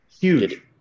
huge